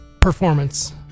performance